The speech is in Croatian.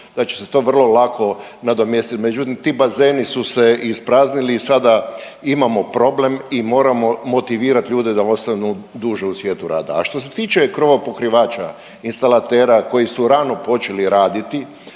da će se to vrlo lako nadomjestiti, međutim ti bazeni su se ispraznili, sada imamo problem i moramo motivirati ljude da ostanu duže u svijetu rada. A što se tiče krovopokrivača, instalatera koji su rano počeli raditi,